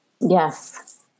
yes